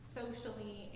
socially